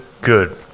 good